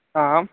आम्